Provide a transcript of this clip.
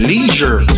Leisure